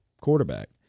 quarterback